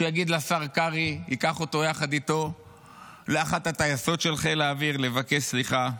שייקח את השר קרעי יחד איתו לאחת הטייסות של חיל האוויר לבקש סליחה.